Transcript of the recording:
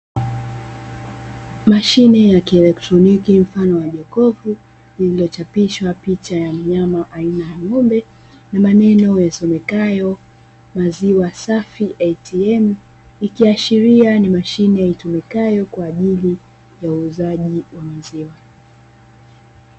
Mashine ya kielektroniki mfano wa jokofu lililochapishwa picha ya mnyama aina ya ngo'mbe na maneno yasomekayo Maziwa safi atm ikiashiria ni mashine itumikayo kwa ajili ya uuzaji wa maziwa.